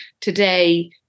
today